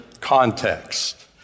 context